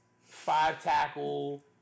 five-tackle